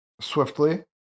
swiftly